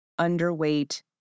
underweight